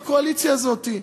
בקואליציה הזאת,